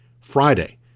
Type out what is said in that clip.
Friday